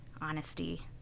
honesty